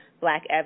black